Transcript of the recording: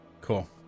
Cool